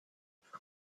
from